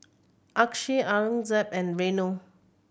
Akshay Aurangzeb and Renu